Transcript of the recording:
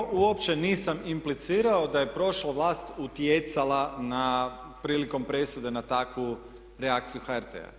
Prvo uopće nisam implicirao da je prošla vlast utjecala na, prilikom presude na takvu reakciju HRT-a.